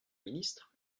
ministre